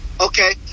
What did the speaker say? Okay